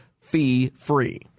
fee-free